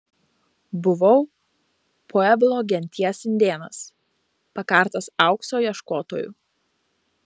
buvau pueblo genties indėnas pakartas aukso ieškotojų